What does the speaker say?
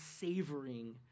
savoring